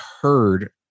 heard